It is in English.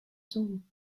zoom